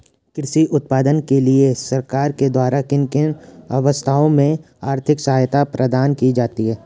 कृषि उत्पादन के लिए सरकार के द्वारा किन किन अवस्थाओं में आर्थिक सहायता प्रदान की जाती है?